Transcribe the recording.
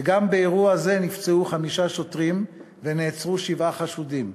וגם באירוע זה נפצעו חמישה שוטרים ונעצרו שבעה חשודים.